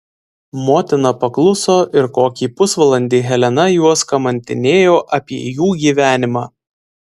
motina pakluso ir kokį pusvalandį helena juos kamantinėjo apie jų gyvenimą